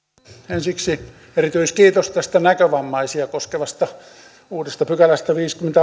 ensiksi erityiskiitos tästä näkövammaisia koskevasta uudesta viidennestäkymmenennestä a pykälästä